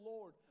Lord